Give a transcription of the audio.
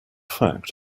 fact